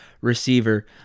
receiver